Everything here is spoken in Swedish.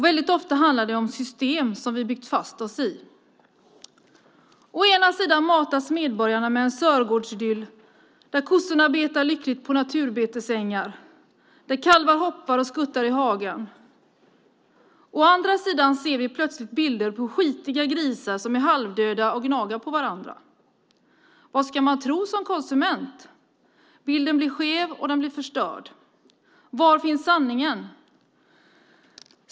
Väldigt ofta handlar det om system som vi har byggt fast oss i. Å ena sidan matas medborgarna med en sörgårdsidyll där kossorna lyckligt betar på naturbetesängar och där kalvar hoppar och skuttar i hagen. Å andra sidan ser vi plötsligt bilder på skitiga grisar som är halvdöda och som gnager på varandra. Vad ska man tro som konsument? Bilden blir skev, och den blir förstörd. Var finns sanningen?